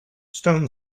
stone